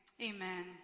amen